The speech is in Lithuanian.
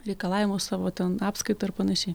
reikalavimus savo ten apskaitą ir panašiai